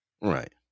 Right